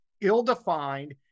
ill-defined